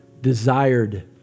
desired